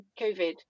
COVID